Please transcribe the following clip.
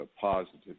positive